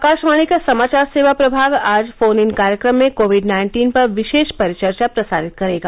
आकाशवाणी का समाचार सेवा प्रभाग आज फोन इन कार्यक्रम में कोविड नाइन्टीन पर विशेष परिचर्चा प्रसारित करेगा